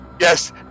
yes